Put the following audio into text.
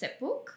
Setbook